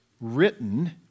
written